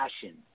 passion